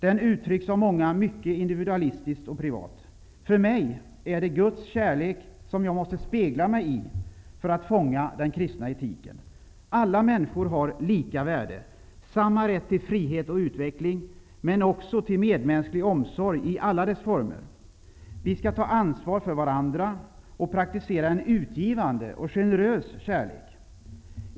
Den uttrycks av många mycket individualistiskt och privat. För mig är det Guds kärlek som jag måste spegla mig i för att fånga den kristna etiken. Alla människor har lika värde, samma rätt till frihet och utveckling men också till medmänsklig omsorg i alla dess former. Vi skall ta ansvar för varandra och praktisera en utgivande och generös kärlek.